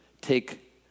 take